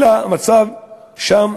אלא המצב שם,